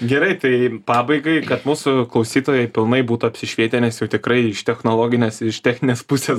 gerai tai pabaigai kad mūsų klausytojai pilnai būtų apsišvietę nes jau tikrai iš technologinės iš techninės pusės